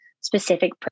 specific